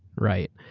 right.